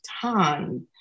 time